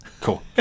cool